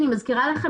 אני מזכירה לכם,